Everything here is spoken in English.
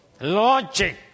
Logic